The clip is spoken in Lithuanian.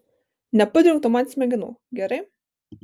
nepudrink tu man smegenų gerai